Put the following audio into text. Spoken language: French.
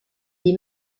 des